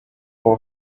for